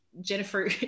Jennifer